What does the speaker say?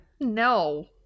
No